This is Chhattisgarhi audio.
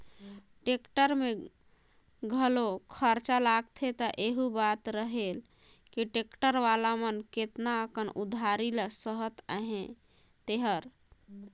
टेक्टर में घलो खरचा लागथे त एहू बात रहेल कि टेक्टर वाला मन केतना अकन उधारी ल सहत अहें तेहर